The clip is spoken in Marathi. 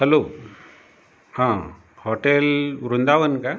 हालो हां हॉटेल वृंदावन का